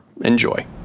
Enjoy